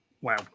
Wow